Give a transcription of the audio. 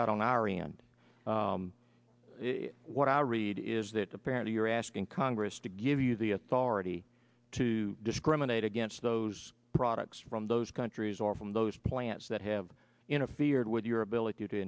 about on our end what i read is that apparently you're asking congress to give you the authority to discriminate against those products from those countries or from those plants that have interfered with your ability to